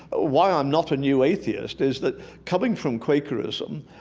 ah why i'm not a new atheist is that coming from quakerism,